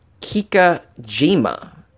Kikajima